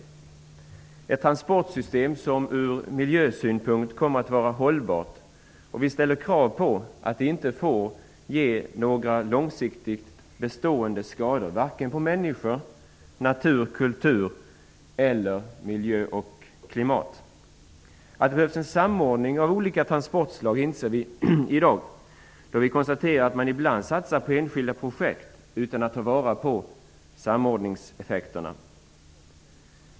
Det är ett transportsystem som ur miljösynpunkt kommer att vara hållbart, och vi ställer krav på att det inte får ge några långsiktigt bestående skador, varken på människor, natur, kultur eller miljö och klimat. Att det behövs en samordning av olika transportslag inser vi i dag, då vi konstaterar att man ibland satsar på enskilda projekt utan att ta vara på samordningseffekterna.